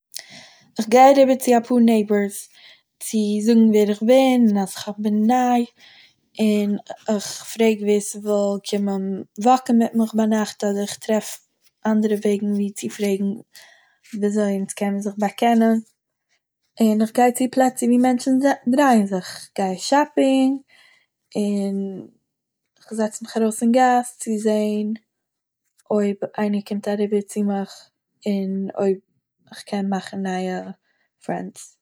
איך גיי אריבער צו א פאר נעיבערס צו זאגן ווער איך בין און אז כ׳האב בין ניי און איך פרעג ווער ס׳וויל קומען וואקן מיט מיך ביינאכט אדער איך טרעף אנדערע וועגן וואו צו פרעגן וואו אזוי אונז קענען זיך באקענען און איך גיי צו פלעצער וואו מענטשּן דר- דרייען זיך, איך גיי שאפינג און איך זעץ מיך ארויס אין גאס צו זען אויב איינער קומט אריבער צו מיך און אויב איך קען מאכן נייע פרענדס.